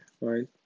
right